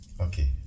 Okay